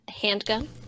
handgun